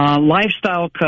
lifestyle